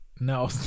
No